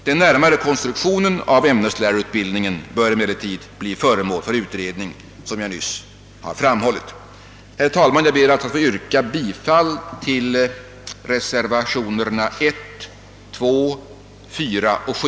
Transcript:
Den närmare konstruktionen av ämneslärarutbildningen bör emellertid bli föremål för utredning, som jag nyss framhållit. Herr talman! Jag ber att få yrka bifall till reservationerna 1, 2, 4 och 7.